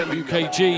ukg